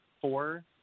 four